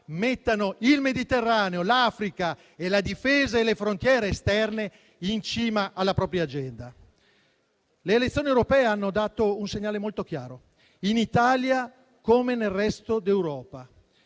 mettano il Mediterraneo, l'Africa e la difesa delle frontiere esterne in cima alla propria agenda. Le elezioni europee hanno dato un segnale molto chiaro, in Italia come nel resto d'Europa.